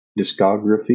discography